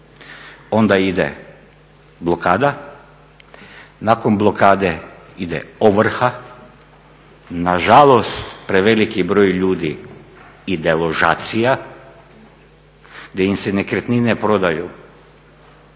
Onda ide blokada, nakon blokade ide ovrha, nažalost preveliki broj ljudi i deložacija gdje im se nekretnine prodaju